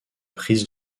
prise